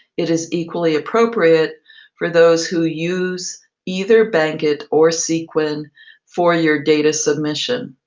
it is equally appropriate for those who use either bankit or sequin for your data submission.